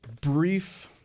brief